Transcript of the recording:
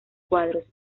cuadros